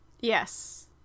Yes